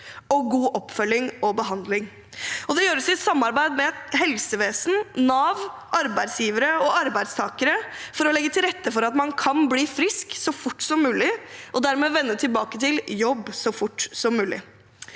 og god oppfølging og behandling. Det gjøres i samarbeid med helsevesenet, Nav, arbeidsgivere og arbeidstakere for å legge til rette for at man kan bli frisk så fort som mulig, og dermed vende tilbake til jobb så fort som mulig.